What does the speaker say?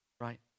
right